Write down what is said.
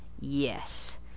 Yes